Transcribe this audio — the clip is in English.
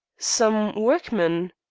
some workmen?